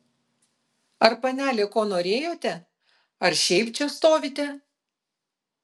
ar panelė ko norėjote ar šiaip čia stovite